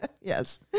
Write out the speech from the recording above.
Yes